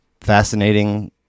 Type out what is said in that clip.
Fascinating